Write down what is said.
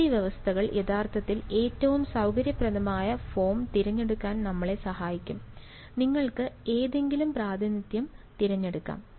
അതിർത്തി വ്യവസ്ഥകൾ യഥാർത്ഥത്തിൽ ഏറ്റവും സൌകര്യപ്രദമായ ഫോം തിരഞ്ഞെടുക്കാൻ നമ്മളെ സഹായിക്കും നിങ്ങൾക്ക് ഏതെങ്കിലും പ്രാതിനിധ്യം തിരഞ്ഞെടുക്കാം